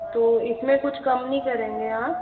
तो इसमें कुछ कम नहीं करेंगे आप